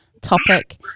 topic